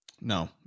No